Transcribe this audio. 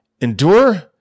endure